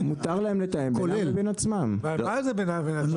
מותר להם לתאם בינם לבין עצמם.